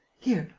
here,